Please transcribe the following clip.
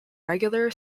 regular